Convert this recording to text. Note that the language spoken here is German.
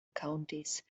countys